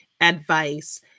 advice